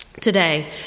today